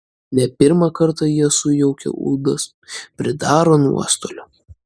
ne pirmą kartą jie sujaukia ūdas pridaro nuostolių